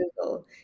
Google